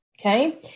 okay